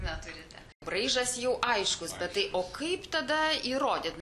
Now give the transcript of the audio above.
neturite braižas jau aiškus bet tai o kaip tada įrodyti